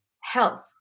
health